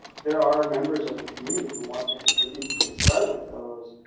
there are members of the community who want to contribute so we start with those.